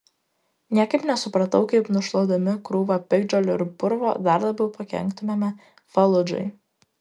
niekaip nesupratau kaip nušluodami krūvą piktžolių ir purvo dar labiau pakenktumėme faludžai